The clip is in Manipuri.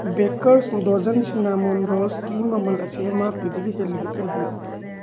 ꯕꯦꯀꯔꯁ ꯗꯣꯖꯟ ꯁꯤꯅꯥꯃꯣꯟ ꯔꯣꯜꯁ ꯀꯤ ꯃꯃꯜ ꯑꯁꯤ ꯑꯦꯝ ꯑꯥꯔ ꯄꯤ ꯗꯒꯤ ꯍꯦꯜꯂꯤꯕ ꯀꯔꯤꯒꯤꯅꯣ